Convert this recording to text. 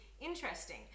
interesting